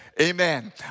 amen